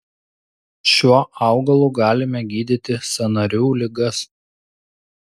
šiuo augalu galime gydyti sąnarių ligas